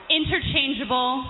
interchangeable